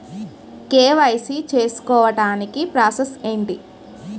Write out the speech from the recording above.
KYC చేసుకోవటానికి process ఏంటి?